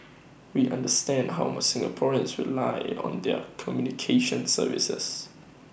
we understand how much Singaporeans rely on their communications services